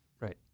right